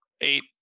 Eight